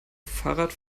fahrrad